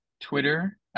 twitter